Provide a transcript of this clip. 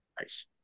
Nice